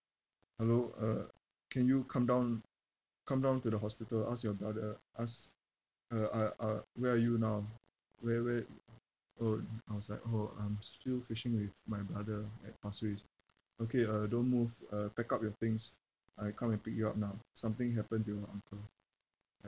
hello uh can you come down come down to the hospital ask your brother ask uh uh uh where are you now where where orh outside orh I'm still fishing with my brother at pasir ris okay uh don't move uh pack up your things I come and pick you up now something happened to your uncle ya